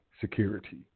security